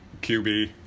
QB